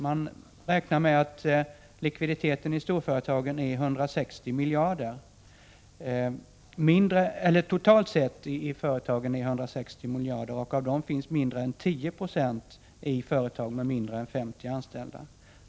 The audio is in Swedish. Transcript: Man räknar med att likviditeten i företagen totalt sett är 160 miljarder. Av dem finns mindre än 10 96 i företag med mindre än 50 anställda.